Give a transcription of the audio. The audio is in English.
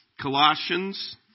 Colossians